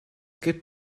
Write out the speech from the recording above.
gibt